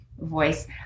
voice